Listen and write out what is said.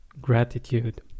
Gratitude